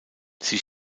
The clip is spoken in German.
sie